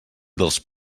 dels